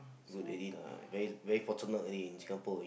good they did lah very very fortunate already in Singapore